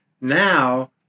Now